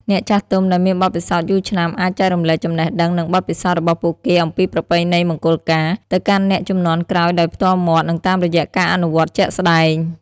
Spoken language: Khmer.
អ្នកចាស់ទុំដែលមានបទពិសោធន៍យូរឆ្នាំ អាច ចែករំលែកចំណេះដឹង និងបទពិសោធន៍ របស់ពួកគេអំពីប្រពៃណីមង្គលការ ទៅកាន់អ្នកជំនាន់ក្រោយដោយផ្ទាល់មាត់ និងតាមរយៈការអនុវត្តជាក់ស្តែង។